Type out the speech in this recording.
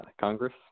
Congress